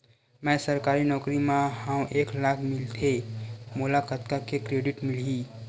मैं सरकारी नौकरी मा हाव एक लाख मिलथे मोला कतका के क्रेडिट मिलही?